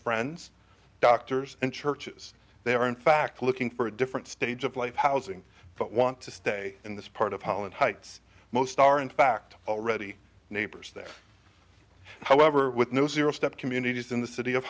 friends doctors and churches they are in fact looking for a different stage of life housing but want to stay in this part of holland heights most are in fact already neighbors there however with no zero step communities in the city of